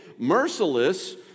merciless